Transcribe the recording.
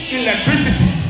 electricity